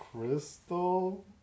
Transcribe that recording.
Crystal